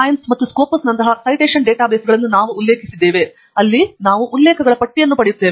science ಮತ್ತು ಸ್ಕೋಪಸ್ನಂತಹ citation ಡೇಟಾಬೇಸ್ಗಳನ್ನು ನಾವು ಉಲ್ಲೇಖಿಸುತ್ತೇವೆ ಅಲ್ಲಿ ನಾವು ಉಲ್ಲೇಖಗಳ ಪಟ್ಟಿಯನ್ನು ಪಡೆಯುತ್ತೇವೆ